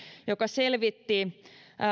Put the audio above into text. joka selvitti